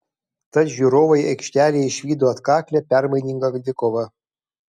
tad žiūrovai aikštėje išvydo atkaklią permainingą dvikovą